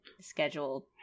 scheduled